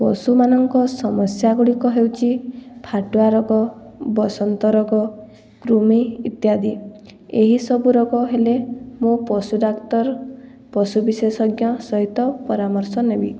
ପଶୁମାନଙ୍କ ସମସ୍ୟା ଗୁଡ଼ିକ ହେଉଛି ଫାଟୁଆ ରୋଗ ବସନ୍ତ ରୋଗ କୃମି ଇତ୍ୟାଦି ଏହି ସବୁ ରୋଗ ହେଲେ ମୁଁ ପଶୁ ଡାକ୍ତର ପଶୁବିଶେଷଜ୍ଞ ସହିତ ପରାମର୍ଶ ନେବି